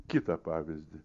kitą pavyzdį